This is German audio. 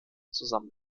zusammen